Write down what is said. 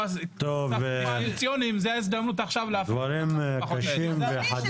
דברים קשים וחדים.